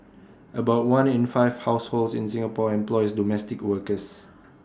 about one in five households in Singapore employs domestic workers